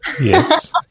Yes